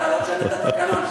תקנון.